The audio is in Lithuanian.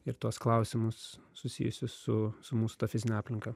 ir tuos klausimus susijusius su su mūsų ta fizine aplinka